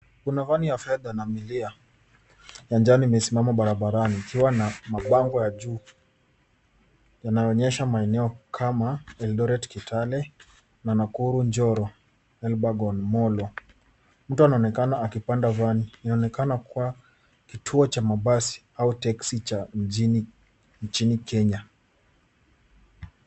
Kuna vani ya fedha na milia ya njano imesimama barabarani ikiwa na mabango ya juu yanayoonyesha maeneo kama Eldoret, Kitale na Nakuru, Njoro, Elbagon, Molo. Mtu anaonekana akipanda vani. Inaonekana kuwa kituo cha mabasi au teksi cha mjini nchini Kenya.